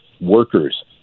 Workers